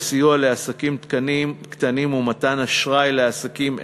לעסקים קטנים ומתן אשראי לעסקים אלה.